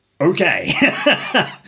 okay